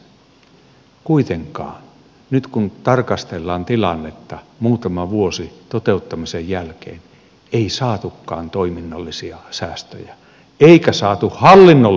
kuitenkaan nyt kun tarkastellaan tilannetta muutama vuosi toteuttamisen jälkeen ei saatukaan toiminnallisia säästöjä eikä saatu hallinnostakaan säästöä